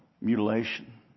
mutilation